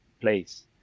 place